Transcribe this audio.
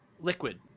Liquid